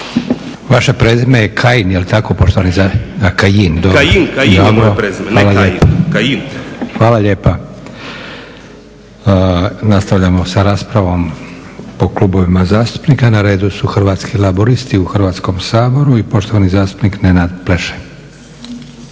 moje prezime, ne Kain. **Leko, Josip (SDP)** A, Kajin, dobro hvala lijepo. Nastavljamo sa raspravom po klubovima zastupnika. Na redu su Hrvatski laburisti u Hrvatskom saboru i poštovani zastupnik Nenad Pleše.